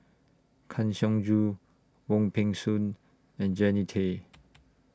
Kang Siong Joo Wong Peng Soon and Jannie Tay